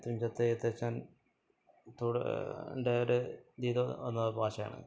തുഞ്ചത്ത് എഴുത്തച്ഛന് തുടര് ന്റെ ഒരു ദീദോ എന്നു പറയുന്ന ഒരു ഭാഷയാണ്